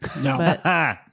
No